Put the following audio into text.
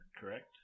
correct